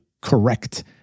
correct